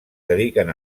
dediquen